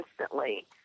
instantly